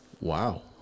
wow